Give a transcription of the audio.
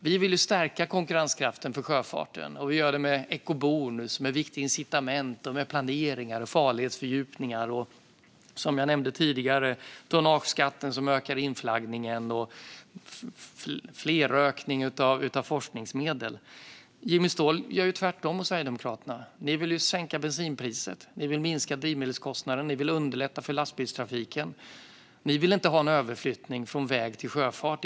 Vi vill ju stärka konkurrenskraften för sjöfarten, och vi gör det med ekobonus, viktiga incitament, planeringar och farledsfördjupningar, tonnageskatten som ökar inflaggningen samt en flerfaldig ökning av forskningsmedlen. Jimmy Ståhl och Sverigedemokraterna gör ju tvärtom. Ni vill sänka bensinpriset. Ni vill minska drivmedelskostnaden. Ni vill underlätta för lastbilstrafiken. Ni vill inte ha någon överflyttning från väg till sjöfart.